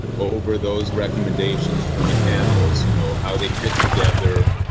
over those recommendations from the panels, you know, how they fit together.